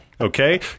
Okay